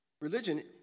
Religion